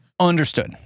Understood